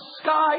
sky